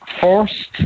first